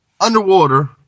underwater